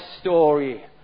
story